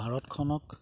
ভাৰতখনক